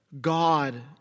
God